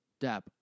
Dab